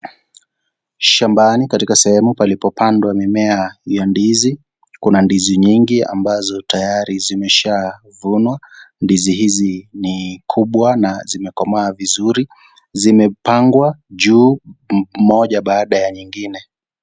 Shambani katika sehemu palipopandwa mimea ya ndizi, kuna ndizi nyingi ambazo tayari zimeshavunwa. Ndizi hizi ni kubwa na zimekomaa vizuri, zimepangwa juu moja baada ya nyingine.